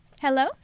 Hello